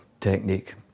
technique